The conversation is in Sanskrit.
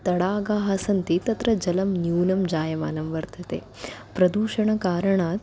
तडागाः सन्ति तत्र जलं न्यूनं जायमानं वर्तते प्रदूषणकारणात्